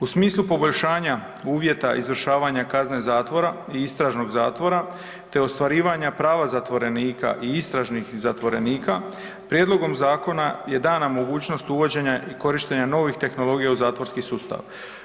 U smislu poboljšanja uvjeta izvršavanja kazne zatvora i istražnog zatvora te ostvarivanja prava zatvorenika i istražnih zatvorenika, prijedlogom zakona je dana mogućnost uvođenja i korištenja novih tehnologija u zatvorski sustav.